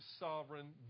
sovereign